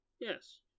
Yes